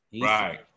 Right